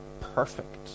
perfect